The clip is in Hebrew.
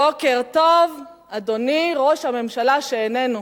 בוקר טוב, אדוני ראש הממשלה, שאיננו,